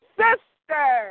sister